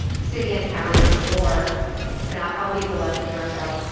city and county or or and i'll leave the rest rest out.